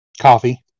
coffee